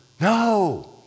No